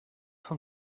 von